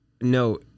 no